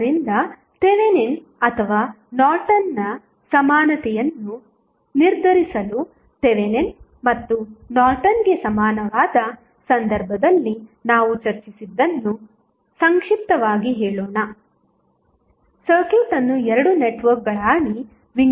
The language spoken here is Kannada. ಆದ್ದರಿಂದ ಥೆವೆನಿನ್ ಅಥವಾ ನಾರ್ಟನ್ನ ಸಮಾನತೆಯನ್ನು ನಿರ್ಧರಿಸಲು ಥೆವೆನಿನ್ ಮತ್ತು ನಾರ್ಟನ್ಗೆ ಸಮನಾದ ಸಂದರ್ಭದಲ್ಲಿ ನಾವು ಚರ್ಚಿಸಿದ್ದನ್ನು ಸಂಕ್ಷಿಪ್ತವಾಗಿ ಹೇಳೋಣ ಸರ್ಕ್ಯೂಟ್ ಅನ್ನು 2 ನೆಟ್ವರ್ಕ್ಗಳಾಗಿ ವಿಂಗಡಿಸಬಹುದು